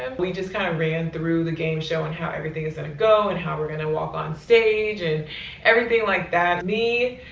and we just kind of ran through the game show and how everything is gonna go, and how we're gonna walk on stage, and everything like that. me,